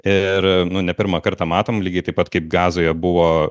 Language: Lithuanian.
ir nu ne pirmą kartą matom lygiai taip pat kaip gazoje buvo